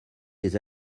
des